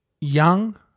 young